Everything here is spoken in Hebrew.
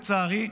לצערי,